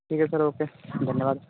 ठीक है sir okay धन्यवाद